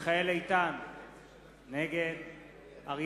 בתוספת קולה של סגנית השר אורית נוקד אשר